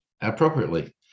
Appropriately